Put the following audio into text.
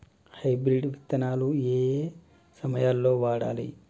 Hybrid విత్తనాలు ఏయే సమయాల్లో వాడాలి?